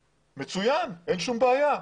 מצוין, אין שום בעיה.